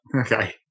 Okay